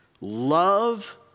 love